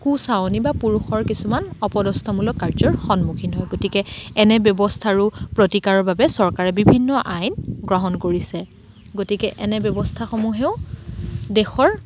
কু চাৱনি বা পুৰুষৰ কিছুমান অপদস্থমূলক কাৰ্য্যৰ সন্মুখীন হয় গতিকে এনে ব্যৱস্থাৰো প্ৰতিকাৰৰ বাবে চৰকাৰে বিভিন্ন আইন গ্ৰহণ কৰিছে গতিকে এনে ব্যৱস্থাসমূহেও দেশৰ